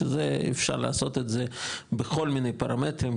שזה אפשר לעשות את זה בכל מיני פרמטרים.